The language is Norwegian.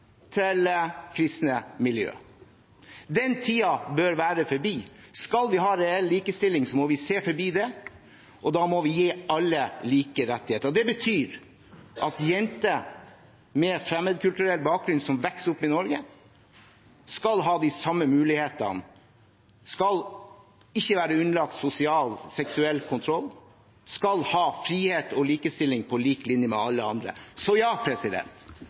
til kristne miljøer. Den tiden bør være forbi. Skal vi ha reell likestilling, må vi se forbi det. Da må vi gi alle like rettigheter. Det betyr at jenter med fremmedkulturell bakgrunn som vokser opp i Norge, skal ha de samme mulighetene, skal ikke være underlagt sosial og seksuell kontroll og skal ha frihet og likestilling på lik linje med alle andre. Så svaret er ja